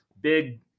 big